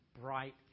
bright